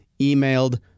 emailed